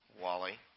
Wally